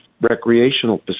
recreational